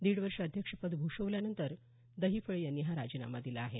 दिड वर्ष अध्यक्षपद भूषविल्यानंतर दहिफळे यांनी हा राजीनामा दिला आहे